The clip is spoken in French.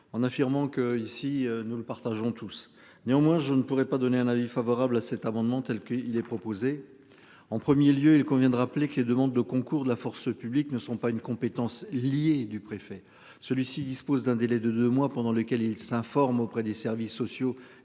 en affirmant qu'ici nous le partageons tous néanmoins je ne pourrais pas donné un avis favorable à cet amendement telle qu'il est proposé en 1er lieu, il convient de rappeler que les demandes de concours de la force publique ne sont pas une compétence liée du préfet. Celui-ci dispose d'un délai de deux mois pendant lequel il s'informe auprès des services sociaux